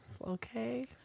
Okay